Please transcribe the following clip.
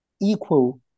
equal